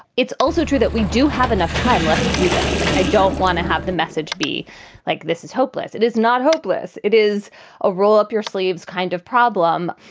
it's also true that we do have enough time left to do this. like i don't want to have the message be like this is hopeless. it is not hopeless. it is a roll up your sleeves kind of problem.